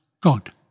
God